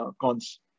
cons